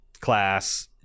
class